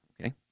okay